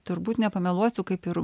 turbūt nepameluosiu kaip ir